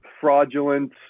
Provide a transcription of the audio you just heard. fraudulent